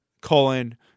colon